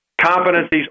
competencies